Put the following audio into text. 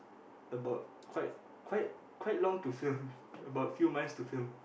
about quite quite quite long to film about few months to film